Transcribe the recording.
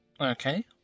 Okay